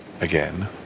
again